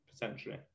potentially